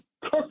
cook